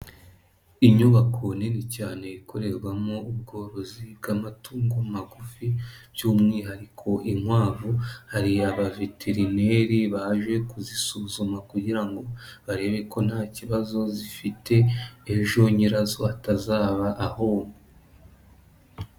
Inyubako nini cyane ikorerwamo ubworozi bw'amatungo magufi by'umwihariko inkwavu, hari abaveterineri baje kuzisuzuma kugira ngo barebe ko nta kibazo zifite ejo nyirazo atazaba ahomba.